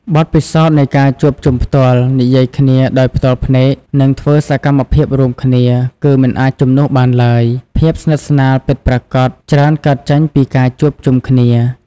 បទពិសោធន៍នៃការជួបជុំផ្ទាល់ និយាយគ្នាដោយផ្ទាល់ភ្នែក និងធ្វើសកម្មភាពរួមគ្នាគឺមិនអាចជំនួសបានឡើយ ភាពស្និទ្ធស្នាលពិតប្រាកដច្រើនកើតចេញពីការជួបជុំគ្នា។